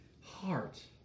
heart